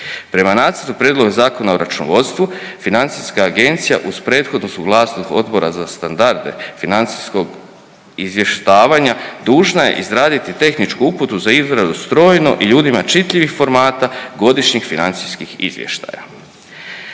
Prema Nacrtu prijedloga Zakona o računovodstvu FINA u prethodnu suglasnost Odbora za standarde financijskog izvještavanja dužna je izraditi tehničku uputu za izradu strojno i ljudima čitljivih formata godišnjih financijskih izvještaja.